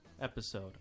episode